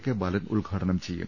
K Balan ഉദ്ഘാടനം ചെയ്യും